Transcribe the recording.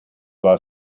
war